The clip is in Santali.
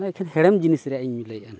ᱚᱱᱟ ᱮᱠᱷᱮᱱ ᱦᱮᱲᱮᱢ ᱡᱤᱱᱤᱥ ᱨᱮᱭᱟᱜ ᱤᱧ ᱞᱟᱹᱭᱮᱜᱼᱟ ᱱᱟᱜ